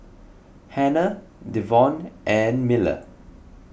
Hanna Devon and Miller